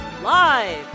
Live